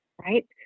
right